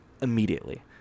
immediately